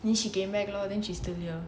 then she came back lor then she's still here